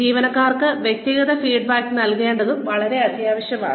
ജീവനക്കാർക്ക് വ്യക്തിഗത ഫീഡ്ബാക്ക് നൽകേണ്ടത് വളരെ അത്യാവശ്യമാണ്